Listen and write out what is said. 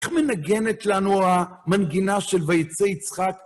איך מנגנת לנו המנגינה של ויצא יצחק?